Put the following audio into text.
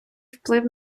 вплив